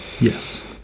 Yes